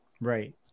Right